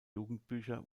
jugendbücher